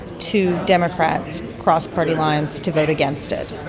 two democrats crossed party lines to vote against it.